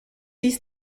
dies